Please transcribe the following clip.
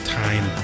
time